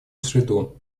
среду